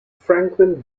franklin